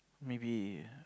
maybe